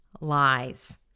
lies